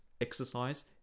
exercise